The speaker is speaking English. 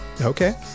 okay